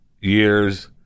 years